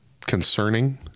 concerning